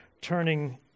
turning